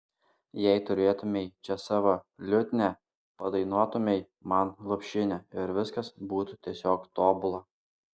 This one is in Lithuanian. jei turėtumei čia savo liutnią padainuotumei man lopšinę ir viskas būtų tiesiog tobula